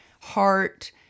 heart